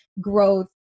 growth